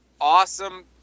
awesome